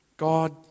God